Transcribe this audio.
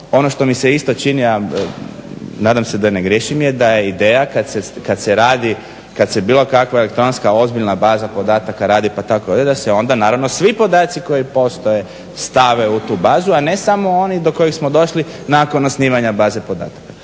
ono što mi se isto čini a nadam se da ne griješim da je ideja kad se radi, kad se bilo kakva elektronska ozbiljna baza podataka radi pa tako je da se onda naravno svi podaci koji postoje stave u tu bazu a ne samo oni do kojih smo došli nakon osnivanja baze podataka.